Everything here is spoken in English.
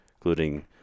including